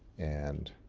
and